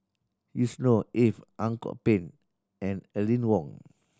Yusnor Ef Ang Kok Peng and Aline Wong